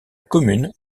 commune